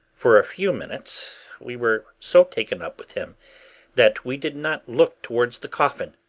for a few minutes we were so taken up with him that we did not look towards the coffin.